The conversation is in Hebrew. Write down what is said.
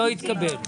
הצבעה